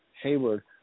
Hayward